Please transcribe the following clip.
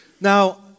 Now